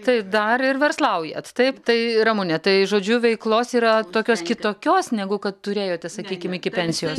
tai dar ir verslaujat taip tai ramune tai žodžiu veiklos yra tokios kitokios negu kad turėjote sakykim iki pensijos